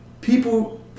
people